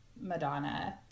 Madonna